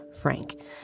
Frank